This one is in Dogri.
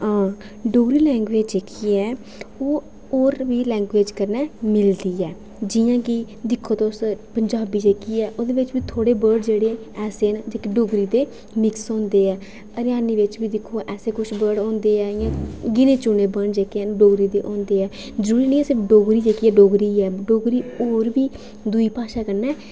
हां डोगरी लैंग्वेज जेह्की ऐ ओह् होर दूई लैंग्वेज कन्नै मिलदी ऐ जि'यां कि दिक्खो तुस पंजाबी जेह्की ऐ ओह्दे बिच बी थोह्ड़े बहुत जेह्ड़े ऐसे न जेह्के डोगरी दे बिच मिक्स होंदे ऐ हरियाणी बिच बी दिक्खो ऐसे किश वर्ड होंदे ऐ इ'यां गिने चुने वर्ड जेह्के डोगरी दे होंदे ऐ जि'यां कि डोगरी जेह्की डोगरी ऐ डोगरी होर बी दूई भाशा कन्नै